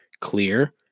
Clear